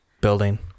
building